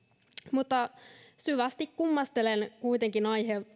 mutta syvästi kummastelen kuitenkin